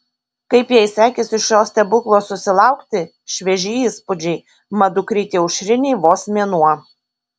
kaip jai sekėsi šio stebuklo susilaukti švieži įspūdžiai mat dukrytei aušrinei vos mėnuo